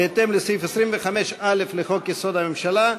בהתאם לסעיף 25(א) לחוק-יסוד: הממשלה,